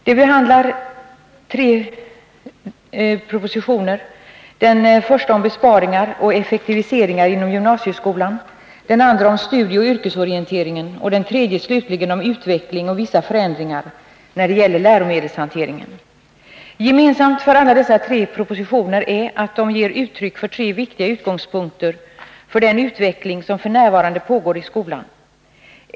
De behandlar i sin tur tre propositioner, den första om besparingar och effektiviseringar inom gymnasieskolan, den andra om studieoch yrkesorienteringen och den tredje slutligen om utveckling och vissa förändringar när det gäller läromedelshanteringen. Gemensamt för alla dessa tre propositioner är att de ger uttryck för tre viktiga utgångspunkter för den utveckling som f. n. pågår i skolan.